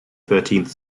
thirteenth